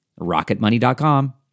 RocketMoney.com